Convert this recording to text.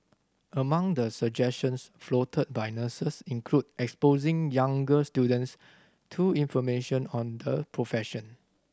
among the suggestions floated by nurses included exposing younger students to information on the profession